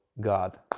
God